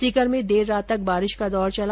सीकर में देर रात तक बारिश का दौर चला